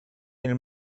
nel